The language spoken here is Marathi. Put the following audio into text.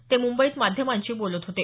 ते काल मुंबईत माध्यमांशी बोलत होते